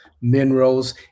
minerals